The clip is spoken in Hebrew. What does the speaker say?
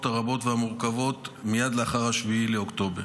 הרבות והמורכבות מייד לאחר 7 באוקטובר.